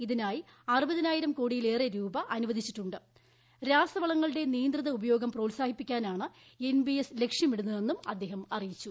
ഇതിറ്റായി അറുപതിനായിരം കോടിയിലേറെ രാസവളങ്ങളുടെ നിയന്ത്രിത ഉപയോഗം പ്രോത്സാഹിപ്പിക്കാനാണ് എൻബിഎസ് ലക്ഷ്യമിടുന്നതെന്നും അദ്ദേഹം അറിയിച്ചു